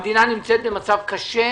המדינה נמצאת במצב קשה,